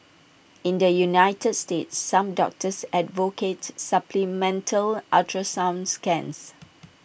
in the united states some doctors advocate supplemental ultrasound scans